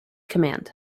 command